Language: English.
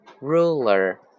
ruler